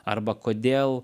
arba kodėl